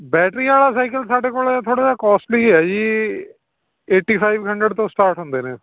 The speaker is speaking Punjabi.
ਬੈਟਰੀ ਵਾਲਾ ਸਾਈਕਲ ਸਾਡੇ ਕੋਲ ਥੋੜ੍ਹਾ ਜਿਹਾ ਕੋਸਟਲੀ ਹੈ ਜੀ ਏਟੀ ਫਾਈਵ ਹੰਡਰਡ ਤੋਂ ਸਟਾਰਟ ਹੁੰਦੇ ਨੇ